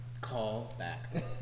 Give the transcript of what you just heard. Callback